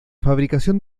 fabricación